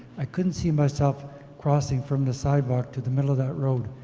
i couldn't see myself crossing from the sidewalk to the middle of that road,